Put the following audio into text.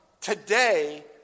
today